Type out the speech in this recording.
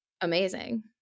amazing